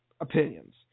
opinions